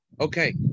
Okay